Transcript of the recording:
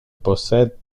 possède